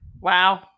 Wow